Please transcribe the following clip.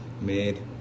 made